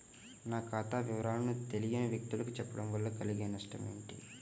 నా ఖాతా వివరాలను తెలియని వ్యక్తులకు చెప్పడం వల్ల కలిగే నష్టమేంటి?